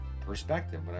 perspective